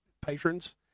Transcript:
patrons